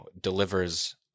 delivers